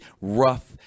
rough